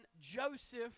Joseph